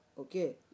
okay